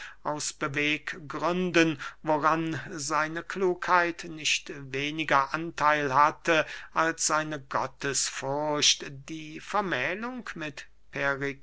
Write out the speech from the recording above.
aus beweggründen woran seine klugheit nicht weniger antheil hatte als seine gottesfurcht die vermählung mit